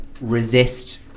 resist